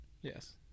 Yes